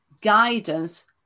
guidance